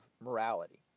morality